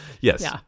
Yes